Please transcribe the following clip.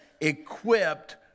equipped